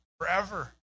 forever